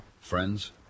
Friends